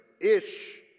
Ish